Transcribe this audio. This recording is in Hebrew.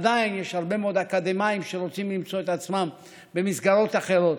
עדיין יש הרבה מאוד אקדמאים שרוצים למצוא את עצמם במסגרות אחרות,